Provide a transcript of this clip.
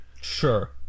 Sure